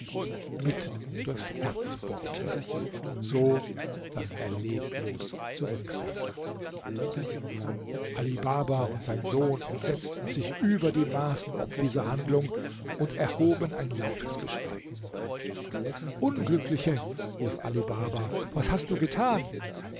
mitten durchs herz bohrte so daß er leblos zurücksank ali baba und sein sohn entsetzten sich über die maßen ob dieser handlung und erhoben ein lautes geschrei unglückliche rief ali baba was hast du getan